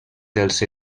dels